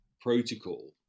protocol